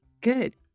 good